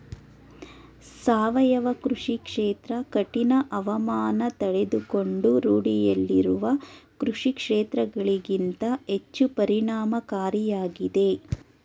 ಸಾವಯವ ಕೃಷಿ ಕ್ಷೇತ್ರ ಕಠಿಣ ಹವಾಮಾನ ತಡೆದುಕೊಂಡು ರೂಢಿಯಲ್ಲಿರುವ ಕೃಷಿಕ್ಷೇತ್ರಗಳಿಗಿಂತ ಹೆಚ್ಚು ಪರಿಣಾಮಕಾರಿಯಾಗಿದೆ